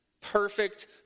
perfect